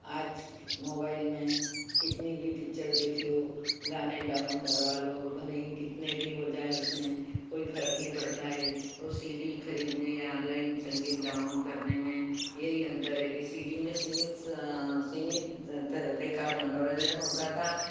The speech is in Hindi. आज मोबाइल में कितनी भी पिक्चर देख लो गाने डाउन करवा लो भले ही कितने भी हो जाएँ उसमें कोई फर्क नहीं पड़ता है और सी डी खरीदने या आनलाइन संगीत डाउन करने में यही अंतर है कि सी डी में सीमित सीमित मनोरंजन होता था